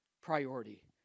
priority